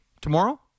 Tomorrow